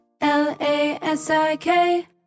l-a-s-i-k